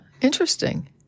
Interesting